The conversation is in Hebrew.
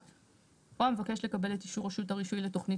או המבקש לקבל את אישור רשות הרישוי לתכנית